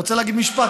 אני רוצה להגיד משפט,